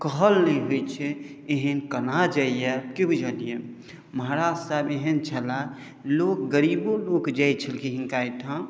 कहल नै होइ छै एहन कोना जाइए कि बुझलिए महाराज साहेब एहन छलाह लोक गरीबो लोक जाइ छलखिन हिनका ओहिठाम